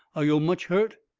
are yo' much hurt?